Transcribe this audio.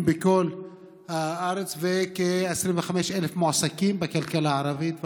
בכל הארץ וכ-25,000 מועסקים בכלכלה הערבית.